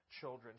children